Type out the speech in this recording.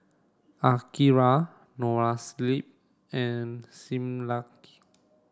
Akira Noa Sleep and Similac